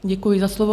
Děkuji za slovo.